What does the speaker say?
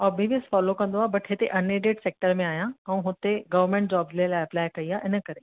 obvious follow कंदो आहे but हिते अनएडिड सेक्टर में आहियां ऐं हुते गवर्नमेंट जॉब जे लाइ अप्लाई कई आहे इन करे